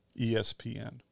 ESPN